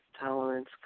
tolerance